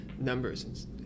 numbers